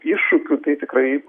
iššūkių tai tikrai